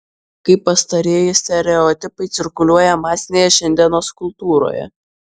kaip pastarieji stereotipai cirkuliuoja masinėje šiandienos kultūroje